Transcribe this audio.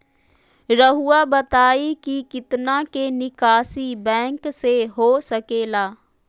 रहुआ बताइं कि कितना के निकासी बैंक से हो सके ला?